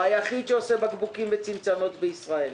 הוא היחיד שעושה בקבוקים וצנצנות בישראל,